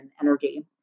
energy